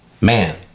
man